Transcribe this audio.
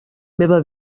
meva